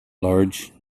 large